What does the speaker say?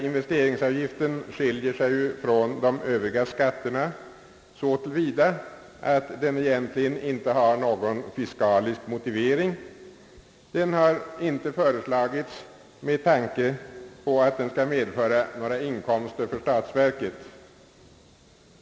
Investeringsavgiften skiljer sig från de övriga skatterna så till vida att den egentligen inte har någon fiskalisk motivering. Den har inte föreslagits med tanke på att den skall medföra några inkomster för statsverket.